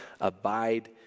abide